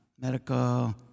medical